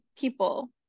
people